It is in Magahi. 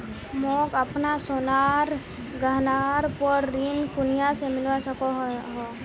मोक अपना सोनार गहनार पोर ऋण कुनियाँ से मिलवा सको हो?